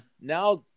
Now